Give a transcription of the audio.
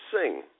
sing